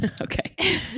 Okay